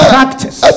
Practice